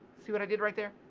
see what i did right there?